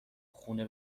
خونه